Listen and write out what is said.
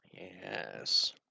Yes